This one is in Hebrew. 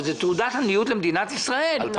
אבל זה גם תעודת עניות למדינת ישראל.